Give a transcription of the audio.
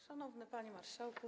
Szanowny Panie Marszałku!